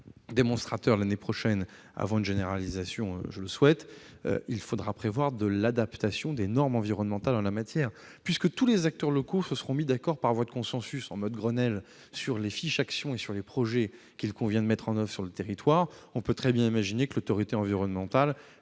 on comptera de quinze à vingt contrats démonstrateurs, il faudra prévoir l'adaptation des normes environnementales en la matière, puisque tous les acteurs locaux se seront mis d'accord, par voie de consensus en « mode Grenelle », sur les fiches-action et sur les projets qu'il convient de mettre en oeuvre sur le territoire. Dès lors, on peut très bien imaginer que l'autorité environnementale